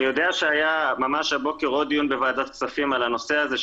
אני יודע שהיה ממש הבוקר עוד דיון בוועדת כספים על הנושא הזה,